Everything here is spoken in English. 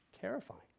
Terrifying